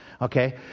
Okay